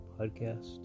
podcast